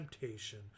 temptation